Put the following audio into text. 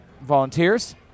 volunteers